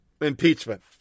impeachment